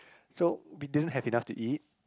so we didn't have enough to eat